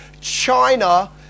China